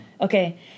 Okay